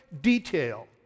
detail